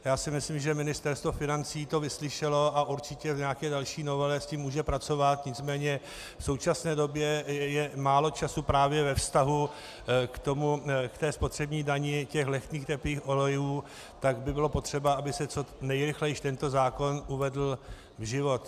Já si myslím, že Ministerstvo financí to vyslyšelo a určitě v nějaké další novele s tím může pracovat, nicméně v současné době je málo času právě ve vztahu ke spotřební dani lehkých topných olejů, tak by bylo potřeba, aby se co nejrychleji tento zákon uvedl v život.